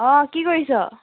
অঁ কি কৰিছ